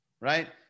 right